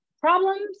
problems